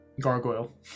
gargoyle